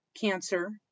cancer